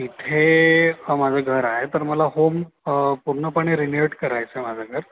तिथे माझं घर आहे पण मला होम पूर्णपणे रिन्यूएट करायचं आहे माझं घर